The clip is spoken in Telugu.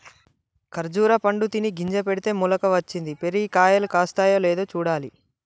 ఖర్జురా పండు తిని గింజ పెడితే మొలక వచ్చింది, పెరిగి కాయలు కాస్తాయో లేదో చూడాలి